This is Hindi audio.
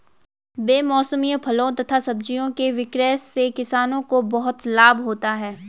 बेमौसमी फलों तथा सब्जियों के विक्रय से किसानों को बहुत लाभ होता है